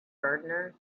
gardener